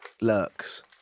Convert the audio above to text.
lurks